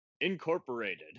Incorporated